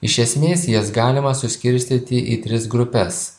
iš esmės jas galima suskirstyti į tris grupes